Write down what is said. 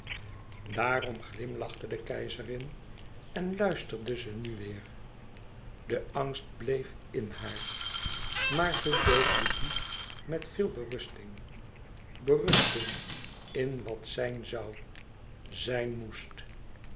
daarom glimlachte de keizerin en luisterde ze nu weêr de angst bleef in haar maar ze doofde die met veel berusting berusting in wat zijn zoû zijn moest